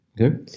Okay